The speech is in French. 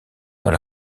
dans